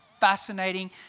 fascinating